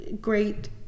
great